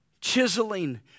chiseling